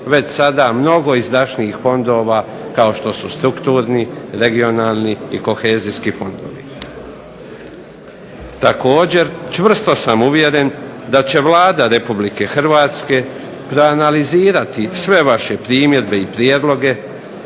već sada mnogo izdašnijih fondova kao što su strukturni, regionalni i kohezijski fondovi. Također, čvrsto sam uvjeren da će Vlada Republike Hrvatske proanalizirati sve vaše primjedbe i prijedloge